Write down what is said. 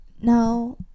Now